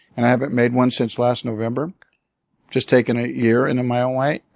and i haven't made one since last november just taking a year in my own way.